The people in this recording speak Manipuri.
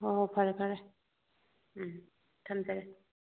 ꯍꯣ ꯍꯣ ꯐꯔꯦ ꯐꯔꯦ ꯎꯝ ꯊꯝꯖꯔꯦ